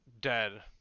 dead